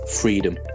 freedom